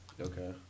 Okay